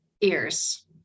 ears